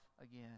again